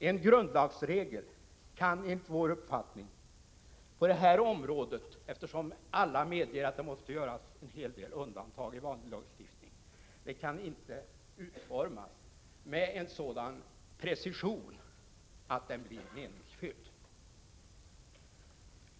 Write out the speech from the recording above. En grundlagsregel kan enligt vår uppfattning inte på det här området — eftersom alla medger att det måste göras en hel del undantag i vanlig lagstiftning — utformas med sådan precision att den blir meningsfylld.